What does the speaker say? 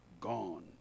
gone